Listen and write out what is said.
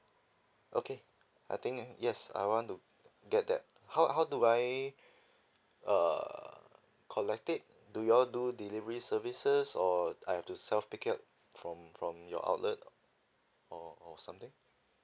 okay I think yes I want to get that how how do I err collect it do you all do delivery services or I have to self pick up from from your outlet or or something